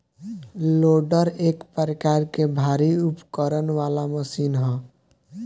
loader एक प्रकार के भारी उपकरण वाला मशीन ह